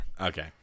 Okay